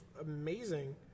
amazing